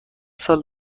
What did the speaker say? سال